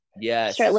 yes